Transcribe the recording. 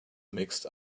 mixed